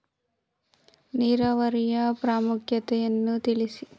ನೀರಾವರಿಯ ಪ್ರಾಮುಖ್ಯತೆ ಯನ್ನು ತಿಳಿಸಿ?